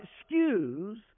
excuse